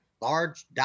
large